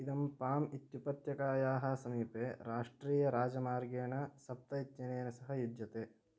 इदं पाम् इत्युपत्यकायाः समीपे राष्ट्रीयराजमार्गेण सप्त इत्यनेन सह युज्यते